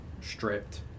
stripped